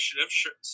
Initiative